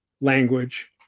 language